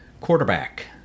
Quarterback